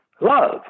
love